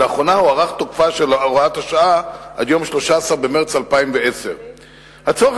ולאחרונה הוארך עד יום 13 במרס 2010. הצורך